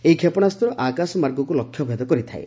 ଏହି କ୍ଷେପଣାସ୍ତ୍ର ଆକାଶମାର୍ଗକୁ ଲକ୍ଷ୍ୟଭେଦ କରିଥାଏ